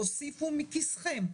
תוסיפו מכיסכם.